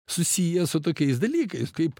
susiję su tokiais dalykais kaip